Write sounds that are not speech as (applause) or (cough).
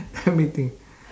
(noise) let me think